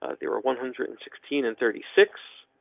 ah there were one hundred and sixteen and thirty six.